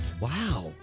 Wow